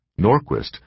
Norquist